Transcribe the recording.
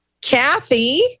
Kathy